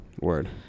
Word